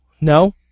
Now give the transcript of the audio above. no